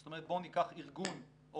זאת אומרת בואו ניקח ארגון או